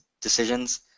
decisions